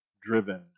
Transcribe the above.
driven